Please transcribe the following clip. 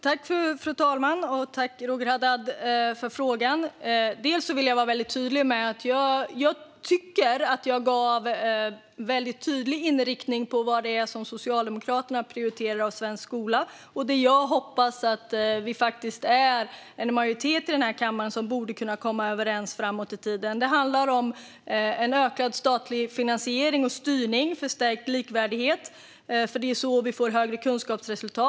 Fru talman! Tack, Roger Haddad, för frågan! Jag tycker att jag gav en väldigt tydlig redovisning av Socialdemokraternas inriktning och vad vi prioriterar i svensk skola. Jag hoppas att vi har en majoritet i kammaren som kan komma överens framöver. Det kan handla om en ökad statlig finansiering och styrning och förstärkt likvärdighet. Det är så vi får högre kunskapsresultat.